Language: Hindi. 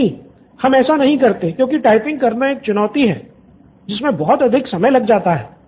स्टूडेंट 7 नहीं हम ऐसा नहीं करते हैं क्योंकि टाइप करना एक चुनौती है जिसमे बहुत अधिक समय लगता है